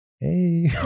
Hey